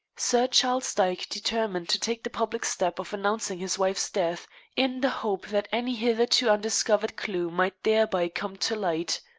sir charles dyke determined to take the public step of announcing his wife's death in the hope that any hitherto undiscovered clue might thereby come to light.